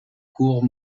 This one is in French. cours